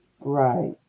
Right